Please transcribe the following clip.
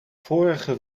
vorige